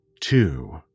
two